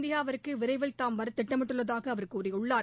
இந்தியாவுக்கு விரைவில் தாம் வர திட்டமிட்டுள்ளதாக அவர் கூறியுள்ளார்